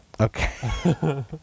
Okay